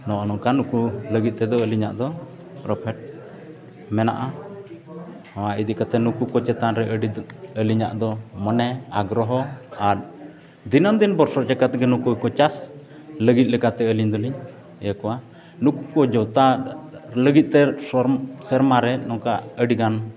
ᱱᱚᱜᱼᱚ ᱱᱚᱝᱠᱟᱱ ᱱᱩᱠᱩ ᱞᱟᱹᱜᱤᱫ ᱛᱮᱫᱚ ᱟᱹᱞᱤᱧᱟᱜ ᱫᱚ ᱯᱨᱚᱯᱷᱤᱴ ᱢᱮᱱᱟᱜᱼᱟ ᱱᱚᱣᱟ ᱤᱫᱤ ᱠᱟᱛᱮᱫ ᱱᱩᱠᱩ ᱠᱚ ᱪᱮᱛᱟᱱ ᱨᱮ ᱟᱹᱰᱤ ᱫᱩᱠᱷ ᱟᱹᱞᱤᱧᱟᱜ ᱫᱚ ᱢᱟᱱᱮ ᱟᱜᱽᱨᱚᱦᱚ ᱟᱨ ᱫᱤᱱᱟᱹᱢ ᱫᱤᱱ ᱵᱷᱚᱨᱥᱟ ᱡᱟᱠᱟᱛ ᱜᱮ ᱱᱩᱠᱩ ᱠᱚ ᱪᱟᱥ ᱞᱟᱹᱜᱤᱫ ᱞᱮᱠᱟᱛᱮ ᱟᱹᱞᱤᱧ ᱫᱚᱞᱤᱧ ᱤᱭᱟᱹ ᱠᱚᱣᱟ ᱱᱩᱠᱩ ᱠᱚ ᱡᱚᱛᱟ ᱞᱟᱹᱜᱤᱫ ᱛᱮ ᱥᱮᱨᱢᱟ ᱨᱮ ᱱᱚᱝᱠᱟ ᱟᱹᱰᱤᱜᱟᱱ